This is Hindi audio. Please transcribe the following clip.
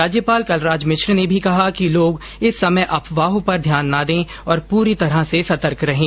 राज्यपाल कलराज मिश्र ने भी कहा है कि लोग इस समय अफवाहों पर ध्यान न दें और पूरी तरह से सतर्क रहें